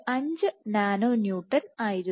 5 nano newton ആയിരുന്നു